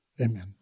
Amen